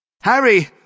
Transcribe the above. Harry